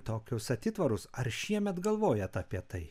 tokius atitvarus ar šiemet galvojat apie tai